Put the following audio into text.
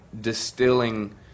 distilling